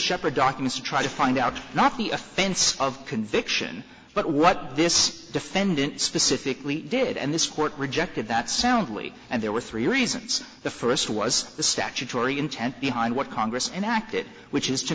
shepherd darkness to try to find out not the offense of conviction but what this defendant specifically did and this court rejected that soundly and there were three reasons the first was the statutory intent behind what congress enacted which is to